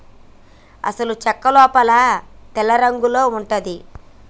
అసలు సెక్క లోపల తెల్లరంగులో ఉంటది